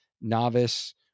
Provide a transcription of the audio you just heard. novice